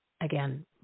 again